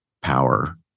power